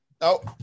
No